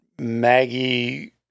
Maggie